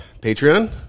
Patreon